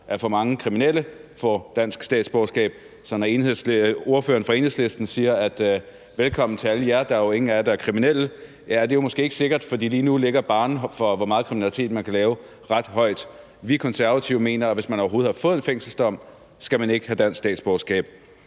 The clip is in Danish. at for mange kriminelle får dansk statsborgerskab. Ordføreren for Enhedslisten siger: Velkommen til alle jer, der er jo ingen af jer, der er kriminelle. Til det vil jeg sige, at det måske ikke er sikkert, for lige nu ligger barren for, hvor meget kriminalitet man kan lave, ret højt. Vi Konservative mener, at hvis man overhovedet har fået en fængselsdom, skal man ikke have dansk statsborgerskab.